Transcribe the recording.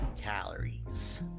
calories